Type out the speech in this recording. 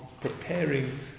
preparing